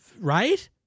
Right